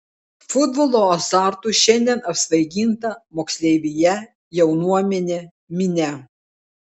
futbolo azartu šiandien apsvaiginta moksleivija jaunuomenė minia